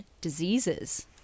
diseases